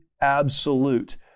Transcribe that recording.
absolute